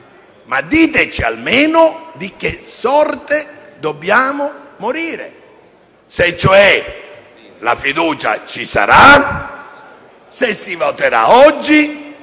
ma diteci almeno di che sorte dobbiamo morire. Diteci, cioè, se la fiducia ci sarà, se si voterà oggi,